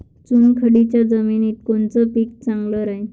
चुनखडीच्या जमिनीत कोनचं पीक चांगलं राहीन?